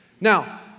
Now